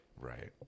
Right